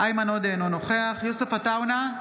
איימן עודה, אינו נוכח יוסף עטאונה,